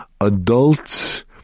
adults